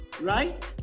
right